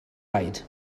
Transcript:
raid